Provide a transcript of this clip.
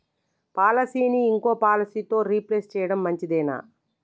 పాలసీని ఇంకో పాలసీతో రీప్లేస్ చేయడం మంచిదేనా?